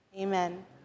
Amen